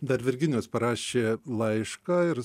dar virginijus parašė laišką ir